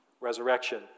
resurrection